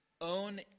own